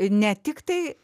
ne tiktai